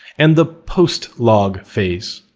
and the post-log phase,